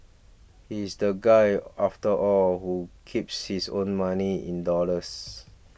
he's the guy after all who keeps his own money in dollars